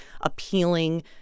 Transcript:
appealing